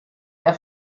der